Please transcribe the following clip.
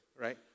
right